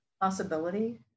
possibility